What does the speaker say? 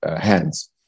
hands